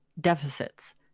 deficits